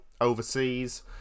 overseas